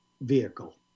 vehicle